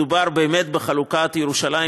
מדובר באמת בחלוקת ירושלים,